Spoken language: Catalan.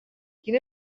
quina